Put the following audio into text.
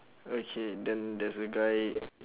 okay then there's a guy